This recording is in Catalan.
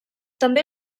també